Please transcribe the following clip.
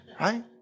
right